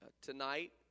tonight